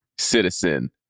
Citizen